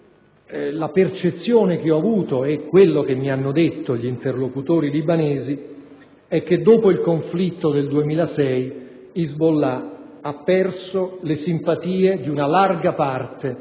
la percezione che ho avuto, per quanto mi hanno detto gli interlocutori libanesi, è che dopo il conflitto del 2006 Hezbollah ha perso le simpatie di una larga parte